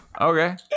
Okay